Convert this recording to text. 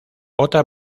otra